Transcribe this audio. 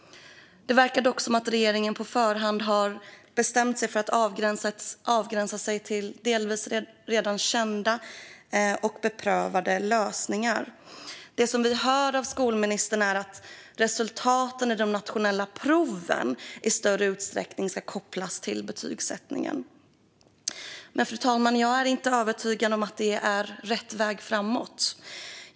Det verkar dock som om regeringen på förhand har bestämt sig för att avgränsa sig till delvis redan kända och beprövade lösningar. Det vi hör av skolministern är att resultaten på de nationella proven i större utsträckning ska kopplas till betygsättningen. Fru talman! Jag är inte övertygad om att det är rätt väg framåt.